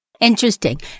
Interesting